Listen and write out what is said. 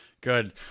Good